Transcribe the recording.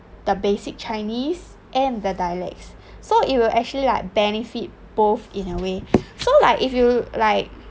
the basic chinese and the dialects so it will actually like benefit both in a way so like if you like